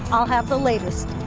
i'll have the latest.